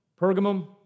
Pergamum